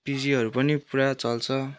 पिजीहरू पनि पुरा चल्छ